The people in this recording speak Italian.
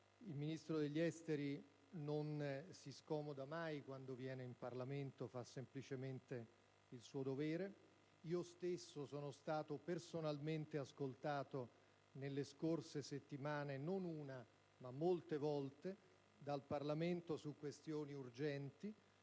il Ministro degli affari esteri non si scomoda mai quando viene in Parlamento, fa semplicemente il suo dovere. Io stesso sono stato personalmente ascoltato dal Parlamento nelle scorse settimane, non una ma molte volte, su questioni urgenti,